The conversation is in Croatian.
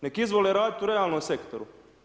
Neka izvole raditi u realnom sektoru.